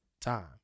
time